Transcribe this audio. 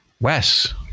Wes